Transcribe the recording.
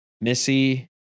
Missy